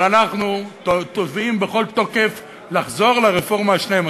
אבל אנחנו תובעים בכל תוקף לחזור לרפורמה ה-12,